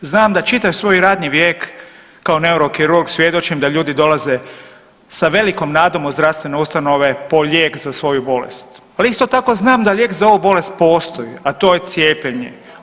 Znam da čitav svoj radni vijek kao neurokirurg svjedočim da ljudi dolaze sa velikom nadom u zdravstvene ustanove po lijek za svoju bolest, ali isto tako znam da lijek za ovu bolest postoji, a to je cijepljenje.